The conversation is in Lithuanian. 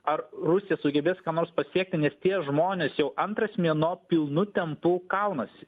ar rusija sugebės ką nors pasiekti nes tie žmonės jau antras mėnuo pilnu tempu kaunasi